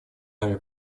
нами